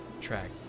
track